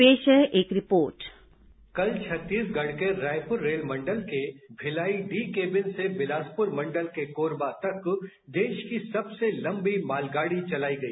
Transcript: पेश है एक रिपोर्ट कल छत्तीसगढ़ के रायपुर रेलमंडल के भिलाई डी केबिन से बिलासपुर मंडल के कोरबा तक देश की सबसे लंबी मालगाड़ी चलाई गई